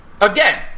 again